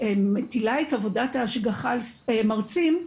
מטילה את עבודת ההשגחה למרצים,